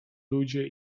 ludzie